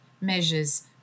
measures